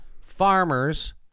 farmers